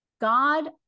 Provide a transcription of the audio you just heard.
God